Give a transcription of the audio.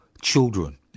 children